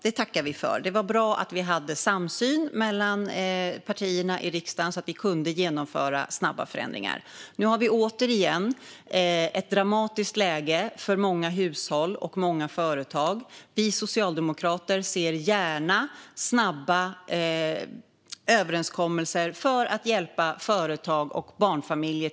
Det tackar vi för; det var bra att det fanns samsyn mellan partierna i riksdagen, så att vi kunde genomföra snabba förändringar. Nu är läget återigen dramatiskt för många hushåll och företag. Vi socialdemokrater ser gärna snabba överenskommelser för att hjälpa till exempel företag och barnfamiljer.